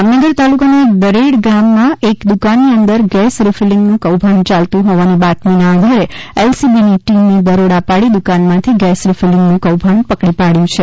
જામનગર તાલુકાના દરેક ગામમાં એક દ્વકાનની અંદર ગેસ રીફિલિંગનું કોભાંડ ચાલતું હોવાની બાતમીના આધારે એલસીબીની ટીમે દરોડા પાડી દ્વકાનમાંથી ગેસ રીફીલીંગનું કોભાંડ પકડી પાડ્યું છે